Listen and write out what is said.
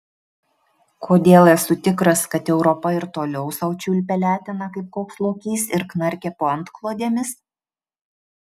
kodėl esu tikras kad europa ir toliau sau čiulpia leteną kaip koks lokys ir knarkia po antklodėmis